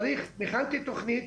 הכנתי תכנית,